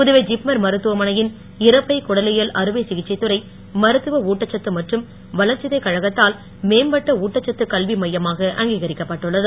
Puduvai JIPMER மருத்துவமனையின் இரைப்பை குடலியல் அறுவை சிகிச்சைத் துறை மருத்துவ ஊட்டச்சத்து மற்றும் வளர்சிதை கழகத்தால் மேம்பட்ட ஊட்டச்சத்து கல்வி மையமாக அங்கீகரிக்கப் பட்டுள்ளது